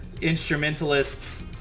instrumentalists